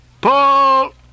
pull